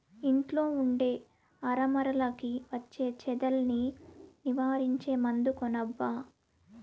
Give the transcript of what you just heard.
ఇంట్లో ఉండే అరమరలకి వచ్చే చెదల్ని నివారించే మందు కొనబ్బా